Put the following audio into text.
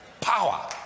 power